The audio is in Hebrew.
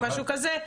משהו כזה.